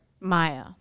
Maya